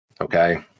Okay